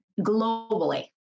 globally